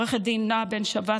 ועו"ד נועה בן שבת,